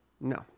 No